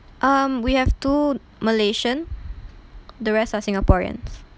um we have two malaysian the rest are singaporeans